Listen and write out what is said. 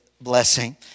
blessing